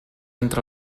entre